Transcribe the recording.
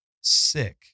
sick